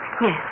Yes